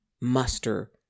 muster